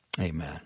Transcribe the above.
Amen